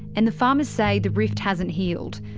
and the farmers say the rift hasn't healed.